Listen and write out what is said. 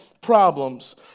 problems